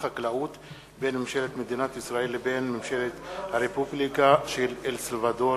החקלאות בין ממשלת מדינת ישראל לבין ממשלת הרפובליקה של אל סלוודור.